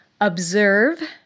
observe